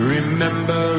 Remember